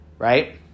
Right